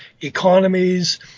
economies